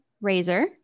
razor